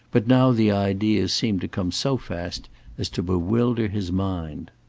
but now the ideas seemed to come so fast as to bewilder his mind.